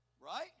Right